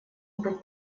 быть